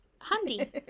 handy